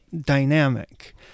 dynamic